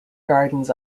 gardens